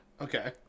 Okay